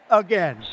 again